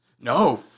No